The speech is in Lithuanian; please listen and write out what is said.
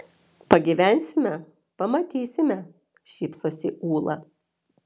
pagyvensime pamatysime šypsosi ūla